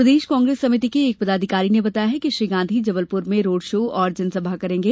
प्रदेश कांग्रेस समिति के एक पदाधिकारी ने बताया है कि श्री गांधी जबलपुर में रोड शो और जनसभा करेंगे